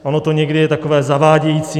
Ono to někdy je takové zavádějící.